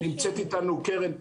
נמצאת איתנו קרן פטל,